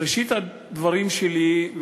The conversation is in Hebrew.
בראשית הדברים שלי,